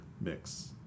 mix